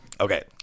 Okay